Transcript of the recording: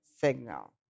Signal